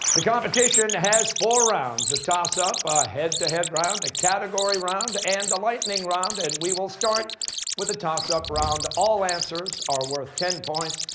the competition has four rounds a toss-up, a head-to-head round, a category round, and a lightning round. and we will start with the toss-up round. all answers are worth ten points,